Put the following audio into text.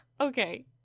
Okay